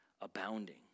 abounding